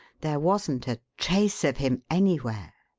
there wasn't a trace of him anywhere.